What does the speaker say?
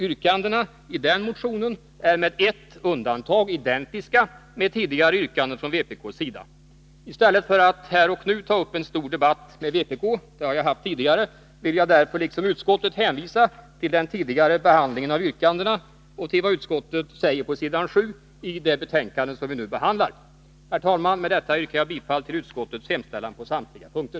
Yrkandena i den motionen är med ett undantag identiska med tidigare yrkanden från vpk:s sida. I stället för att här och nu ta upp en stor debatt med vpk — det har jag haft tidigare — vill jag därför, liksom utskottet, hänvisa till den tidigare behandlingen av yrkandena och till vad utskottet säger på s. 7 i det betänkande som vi nu behandlar. Herr talman! Med detta yrkar jag bifall till utskottets hemställan på samtliga punkter.